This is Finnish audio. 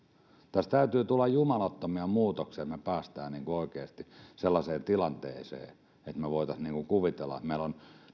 tässä täytyy tulla jumalattomia muutoksia että me pääsemme oikeasti sellaiseen tilanteeseen että me voisimme kuvitella että meillä on